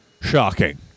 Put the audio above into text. shocking